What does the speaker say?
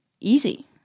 easy